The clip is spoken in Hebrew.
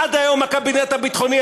עד היום הקבינט הביטחוני,